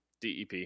dep